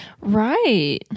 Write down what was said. Right